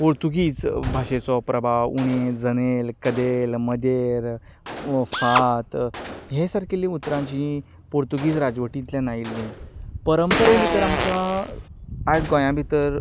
पोर्तुगीज भाशेचो प्रभाव उणे जनेल कदेल मदेर फात ह्या सारकीं उतरां जीं पोर्तुगीज राजवटींतल्यान आयिल्लीं परंपरे भितर आमकां आयज गोंया भितर